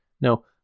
No